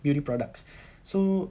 beauty products so